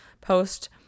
post